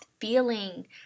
feeling